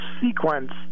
sequence